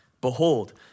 Behold